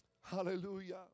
Hallelujah